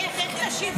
איך תשיב אותם?